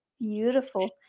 Beautiful